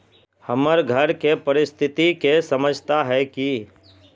हमर घर के परिस्थिति के समझता है की?